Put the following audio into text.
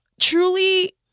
Truly